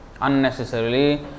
Unnecessarily